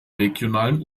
regionalen